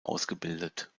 ausgebildet